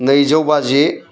नैजौ बाजि